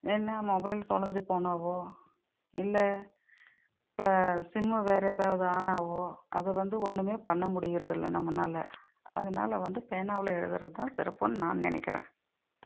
ஏன்னால் மொபைல் தொலைஞ்சி போனாவோ இல்லை இப்போ சிம் வேறு ஏதாவது ஆனாவோ அது வந்து ஒன்றுமே பண்ண முடிகிறதில்ல நம்மனால் அதனால வந்து பேனாவில் எழுதுகிறததான் சிறப்புன்னு நான் நினக்கிறேன்